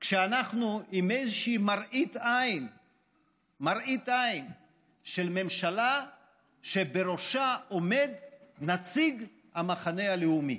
כשאנחנו עם איזושהי מראית עין של ממשלה שבראשה עומד נציג המחנה הלאומי.